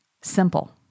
simple